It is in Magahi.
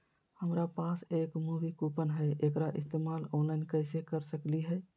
हमरा पास एक मूवी कूपन हई, एकरा इस्तेमाल ऑनलाइन कैसे कर सकली हई?